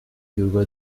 یوگا